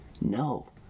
No